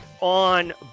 On